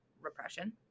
repression